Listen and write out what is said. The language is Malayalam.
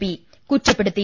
പി കുറ്റപ്പെടുത്തി